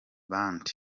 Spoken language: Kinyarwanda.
band